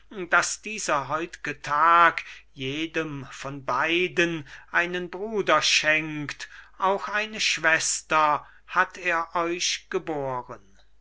daß dieser heut'ge tag jedem von beiden einen bruder schenkt auch eine schwester hat er euch geboren